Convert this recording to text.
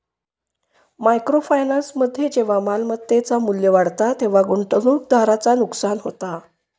micro फायनान्समध्ये जेव्हा मालमत्तेचा मू्ल्य वाढता तेव्हा गुंतवणूकदाराचा नुकसान होता